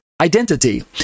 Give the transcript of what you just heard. identity